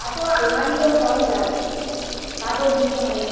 খাটও আলমারিও সবই লাগবে কাঠের দিতে হবে